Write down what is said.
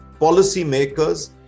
policymakers